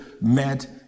met